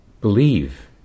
believe